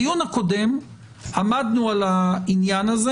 בדיון הקודם עמדנו על העניין הזה,